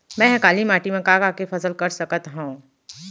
मै ह काली माटी मा का का के फसल कर सकत हव?